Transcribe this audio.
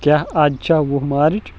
کیاہ از چھا وُہ مارچ